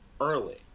early